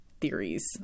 theories